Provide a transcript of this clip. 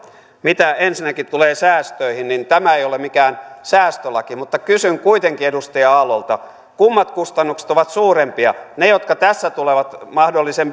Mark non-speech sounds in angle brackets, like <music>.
mitä ensinnäkin tulee säästöihin niin tämä ei ole mikään säästölaki mutta kysyn kuitenkin edustaja aallolta kummat kustannukset ovat suurempia ne jotka tässä tulevat mahdollisen <unintelligible>